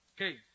Okay